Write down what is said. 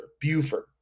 Buford